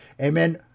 Amen